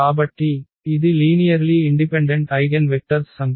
కాబట్టి ఇది linearly independent eigen vectors సంఖ్య